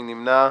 מי נמנע.